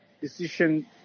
decision